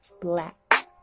Black